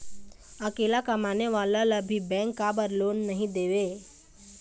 अकेला कमाने वाला ला भी बैंक काबर लोन नहीं देवे?